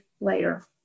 later